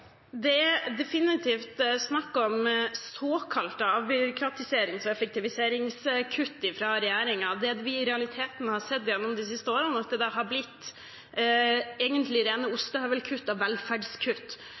jeg definitivt snakket om, såkalte avbyråkratiserings- og effektiviseringskutt fra regjeringen, er at vi i realiteten gjennom de siste årene har sett at det er blitt egentlig rene